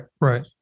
right